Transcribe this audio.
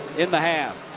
in the half.